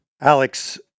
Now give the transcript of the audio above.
Alex